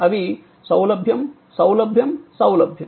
అవి సౌలభ్యం సౌలభ్యం సౌలభ్యం